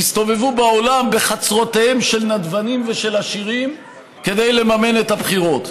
יסתובבו בעולם בחצרותיהם של נדבנים ושל עשירים כדי לממן את הבחירות.